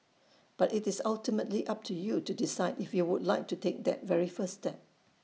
but IT is ultimately up to you to decide if you would like to take that very first step